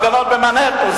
הפגנות במנהטן.